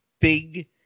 big